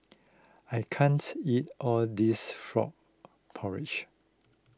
I can't eat all this Frog Porridge